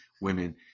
women